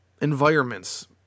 environments